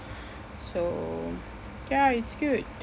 so ya it's good